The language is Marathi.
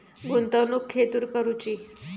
गुंतवणुक खेतुर करूची?